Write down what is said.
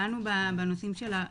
דנו בנושאים של ה-,